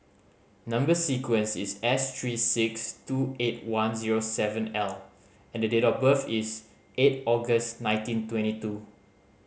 number sequence is S three six two eight one zero seven L and the date of birth is eight August nineteen twenty two